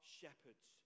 shepherds